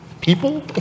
people